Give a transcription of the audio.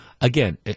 again